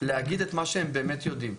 להגיד את מה שהם באמת יודעים.